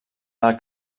del